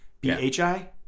B-H-I